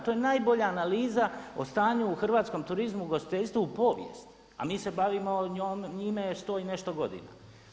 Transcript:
To je najbolja analiza o stanju u hrvatskom turizmu u ugostiteljstvu u povijesti, a mi se bavimo njime sto i nešto godina.